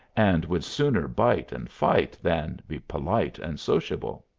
and would sooner bite and fight than be polite and sociable.